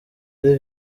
ari